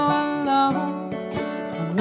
alone